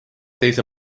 teise